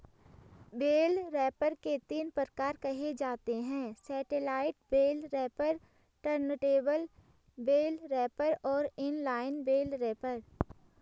bell wrapper के तीन प्रकार कहे जाते हैं satellite bale wrapper, turntable bale wrapper और इन लाइन बेल रैपर